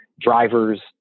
drivers